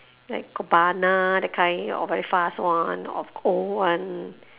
like cobana that kind all very fast one or old one